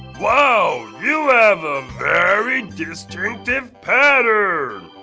wow! you have a very distinctive pattern!